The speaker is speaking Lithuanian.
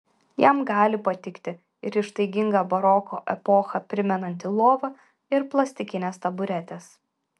jam gali patikti ir ištaiginga baroko epochą primenanti lova ir plastikinės taburetės